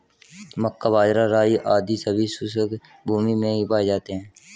मक्का, बाजरा, राई आदि सभी शुष्क भूमी में ही पाए जाते हैं